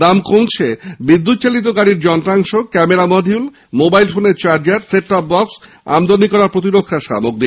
দাম কমেছে বিদ্যুতচালিত গাড়ির যন্ত্রাংশ ক্যামেরা মডিউল মোবাইল ফোনের চার্জার সেটটপ বক্স আমদানি করা প্রতিরক্ষা সামগ্রীর